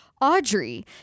Audrey